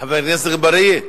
חבר הכנסת אגבאריה,